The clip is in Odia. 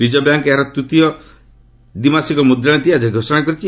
ରିଜର୍ଭ ବ୍ୟାଙ୍କ ଏହାର ତୃତୀୟ ଦ୍ୱିମାସିକ ମୁଦ୍ରାନୀତି ଆଜି ଘୋଷଣା କରିଛି